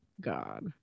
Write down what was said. God